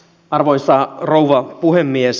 arvoisa rouva puhemies